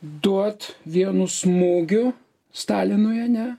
duot vienu smūgiu stalinui ane